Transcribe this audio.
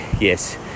yes